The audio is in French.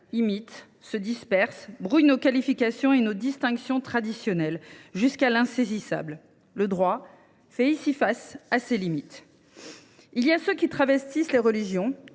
imite, se disperse, brouille nos qualifications et nos distinctions traditionnelles jusqu’à être insaisissables. Le droit fait ici face à ses limites. Il y a ceux qui travestissent les religions